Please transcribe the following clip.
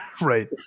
Right